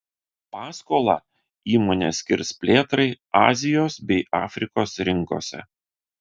paskolą įmonė skirs plėtrai azijos bei afrikos rinkose